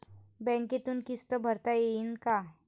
बँकेतून किस्त भरता येईन का?